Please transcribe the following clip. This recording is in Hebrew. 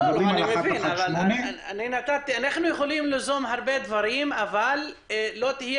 אלא על 118. אנחנו יכולים ליזום הרבה דברים אבל לא תהיה